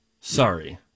sorry